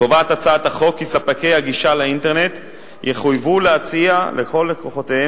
קובעת הצעת החוק כי ספקי הגישה לאינטרנט יחויבו להציע לכל לקוחותיהם